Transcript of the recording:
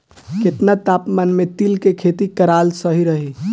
केतना तापमान मे तिल के खेती कराल सही रही?